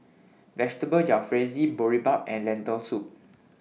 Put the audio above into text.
Vegetable Jalfrezi Boribap and Lentil Soup